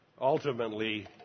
ultimately